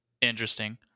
interesting